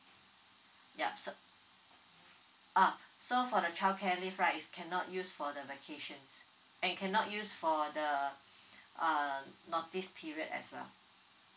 yup so uh so for the childcare leave right is cannot use for the vacation and cannot use for the uh notice period as well